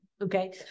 Okay